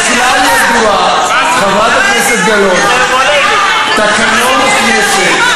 יש כלל ידוע, חברת הכנסת גלאון, תקנון הכנסת,